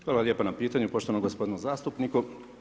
Hvala lijepo na pitanju poštovanom gospodinu zastupniku.